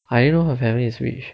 I didn't know her family is rich